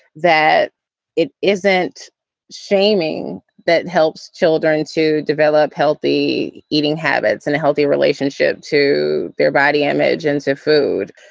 that it isn't shaming that helps children to develop healthy eating habits and a healthy relationship to their body image and to food.